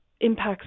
impacts